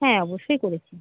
হ্যাঁ অবশ্যই করেছি